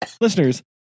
listeners